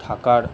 থাকার